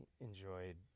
enjoyed